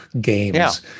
games